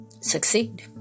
succeed